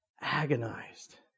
agonized